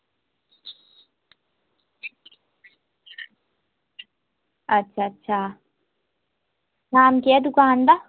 अच्छा अच्छा नाम केह् ऐ दुकान दा